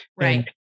Right